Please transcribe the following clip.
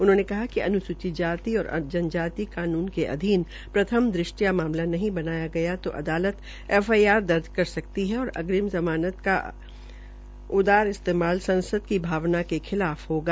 उन्होंने कहा कि अनुसूचित जाति और जनजाति कानून के अधीन प्रथम दृश्या मामला नहीं बनया गया तो अदालत एफआईआर रद्द कर सकती और आग्रिम ज़मानत का उदार इस्तेमाल संसद की भावना के खिलाफ हागा